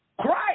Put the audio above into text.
Christ